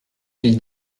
qu’il